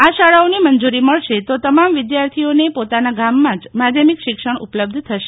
આ શાળાઓને મંજૂરી મળશે તો તમામ વિદ્યાર્થીઓને પોતાના ગામમાં જ માધ્યમિક શિક્ષણ ઉપલબ્ધ થશે